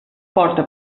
porta